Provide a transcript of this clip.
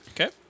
Okay